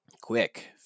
Quick